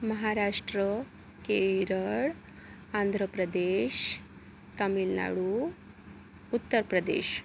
Maharashtra Kerala Andhra Pradesh Tamil Nadu Uttar Pradesh